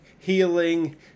healing